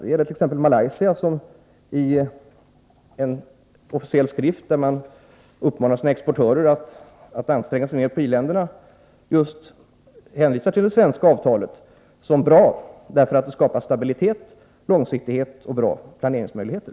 Det gäller t.ex. Malaysia som i en officiell skrift, där man uppmanar sina exportörer att anstränga sig mer när det gäller i-länderna, hänvisar till att det svenska avtalet är bra därför att det skapar stabilitet, långsiktighet och bra planeringsmöjligheter.